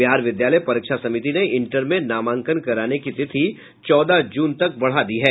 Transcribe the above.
बिहार विद्यालय परीक्षा समिति ने इंटर में नामांकन कराने की तिथि चौदह जून तक बढ़ा दी है